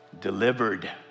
delivered